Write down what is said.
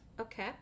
Okay